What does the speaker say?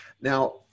Now